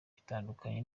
bitandukanye